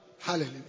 Hallelujah